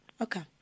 Okay